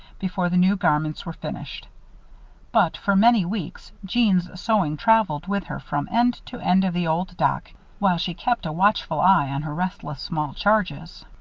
before the new garments were finished but, for many weeks, jeanne's sewing traveled with her from end to end of the old dock while she kept a watchful eye on her restless small charges.